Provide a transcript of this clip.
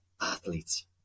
athletes